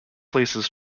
places